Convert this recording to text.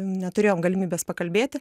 neturėjom galimybės pakalbėti